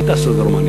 מי טס אז לרומניה?